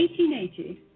1880